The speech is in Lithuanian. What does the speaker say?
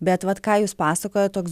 bet vat ką jūs pasakojot toks